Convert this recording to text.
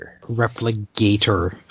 Replicator